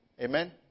Amen